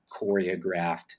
choreographed